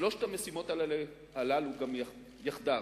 שלוש המשימות הללו יחדיו,